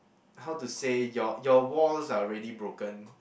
how to say your your walls are already broken